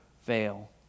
fail